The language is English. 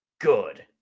good